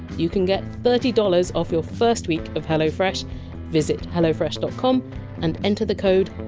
you can get thirty dollars off your first week of hello fresh visit hellofresh dot com and enter the code.